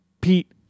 Pete